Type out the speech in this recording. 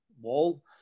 wall